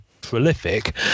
prolific